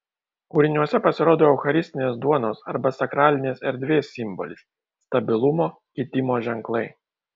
kūriniuose pasirodo eucharistinės duonos arba sakralinės erdvės simbolis stabilumo kitimo ženklai